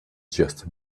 just